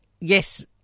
yes